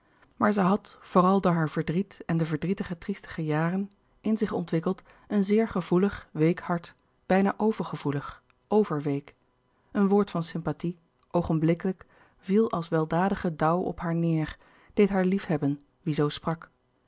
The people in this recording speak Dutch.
zielen h had vooral door haar verdriet en de verdrietige triestige jaren in zich ontwikkeld een zeer gevoelig week hart bijna overgevoelig overweek een woord van sympathie oogenblikkelijk viel als weldadige dauw op haar neêr deed haar liefhebben wie zoo sprak